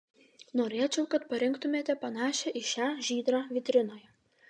norėčiau kad parinktumėte panašią į šią žydrą vitrinoje